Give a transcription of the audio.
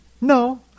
No